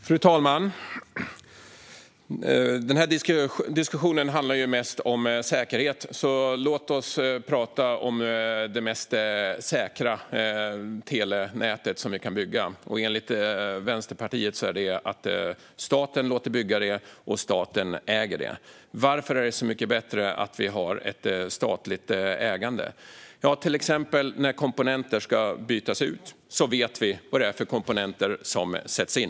Fru talman! Den här diskussionen handlar mest om säkerhet. Låt oss prata om det mest säkra telenätet som vi kan bygga. Enligt Vänsterpartiet är det att staten låter bygga det och att staten äger det. Varför är det så mycket bättre att vi har ett statligt ägande? När till exempel komponenter ska bytas ut vet vi vad det är för komponenter som sätts in.